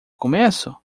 começo